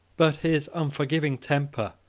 but his unforgiving temper,